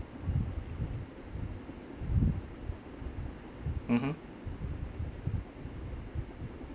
mmhmm